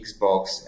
Xbox